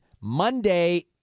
Monday